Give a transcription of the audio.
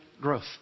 growth